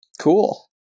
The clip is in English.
Cool